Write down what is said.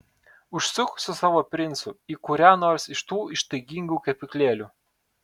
užsuk su savo princu į kurią nors iš tų ištaigingų kepyklėlių